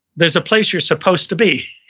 there's a place you're supposed to be,